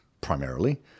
primarily